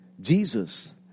Jesus